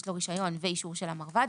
יש לו רישיון ואישור של המרב"ד,